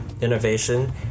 innovation